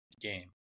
game